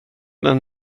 den